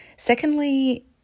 Secondly